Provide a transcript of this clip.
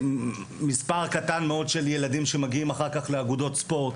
מספר קטן מאוד של ילדים שמגיעים אחר כך לאגודות ספורט.